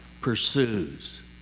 pursues